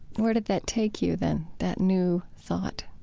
where did that take you then, that new thought?